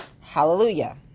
Hallelujah